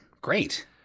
great